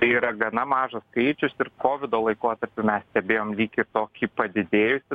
tai yra gana mažas skaičius ir kovido laikotarpiu mes stebėjom lyg ir tokį padidėjusį